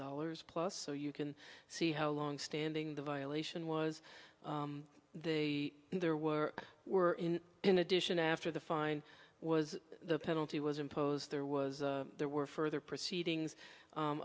dollars plus so you can see how long standing the violation was the there were were in in addition after the fine was the penalty was imposed there was there were further proceedings